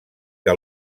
que